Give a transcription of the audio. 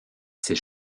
ces